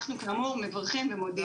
אנחנו, כאמור, מברכים ומודים.